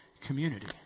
community